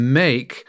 make